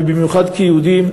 ובמיוחד כיהודים,